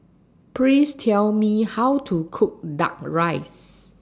Please Tell Me How to Cook Duck Rice